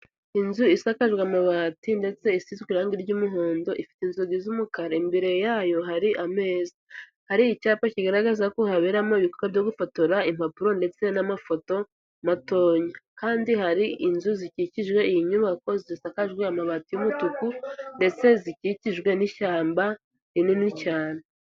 Inzu isakajwe amabati ndetse isizwe irange ry'umuhondo ifite inzugi z'umukara imbere yayo hari ameza, hari icyapa kigaragaza ko haberamo ibikorwa byo gufotora impapuro ndetse n'amafoto matonya, kandi hari inzu zikikijwe iyi nyubako zisakajwe amabati y'umutuku, ndetse zikikijwe n'ishyamba rinini cyane.